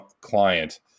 client